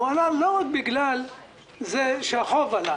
הוא עלה לא רק בגלל שהחוב עלה